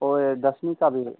और ये दसवीं का भी